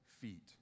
feet